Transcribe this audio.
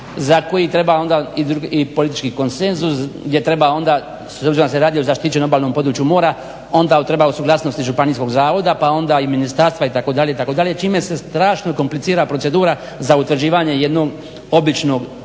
za koji treba onda i politički konsenzus gdje treba onda s obzirom da se radi o zaštićenom obalnom području mora onda treba od suglasnosti županijskog zavoda, pa onda i ministarstva i tako dalje, itd. čime se strašno komplicira procedura za utvrđivanje jednog običnog